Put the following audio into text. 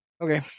Okay